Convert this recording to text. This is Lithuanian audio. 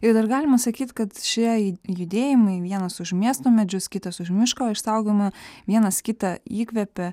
jei dar galima sakyt kad šie judėjimai vienas už miesto medžius kitas už miško išsaugojimą vienas kitą įkvėpė